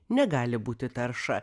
negali būti tarša